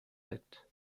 sept